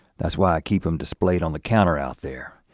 that's why i keep them displayed on the counter out there.